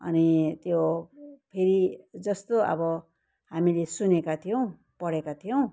अनि त्यो फेरि जस्तो अब हामीले सुनेका थियौँ पढेका थियौँ